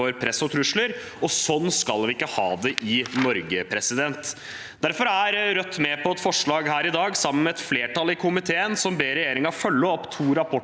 Sånn skal vi ikke ha det i Norge. Derfor er Rødt med på et forslag her i dag, sammen med et flertall i komiteen, om å be regjeringen følge opp to rapporter